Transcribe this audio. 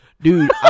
Dude